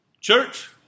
Church